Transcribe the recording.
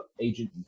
agent